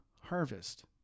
harvest